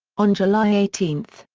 on july eighteen,